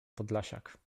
podlasiak